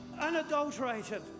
unadulterated